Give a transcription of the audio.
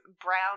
brown